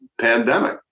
pandemic